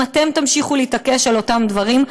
אם אתם תמשיכו להתעקש על אותם דברים,